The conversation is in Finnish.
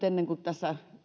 ennen kuin tässä